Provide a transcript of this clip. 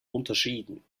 unterschieden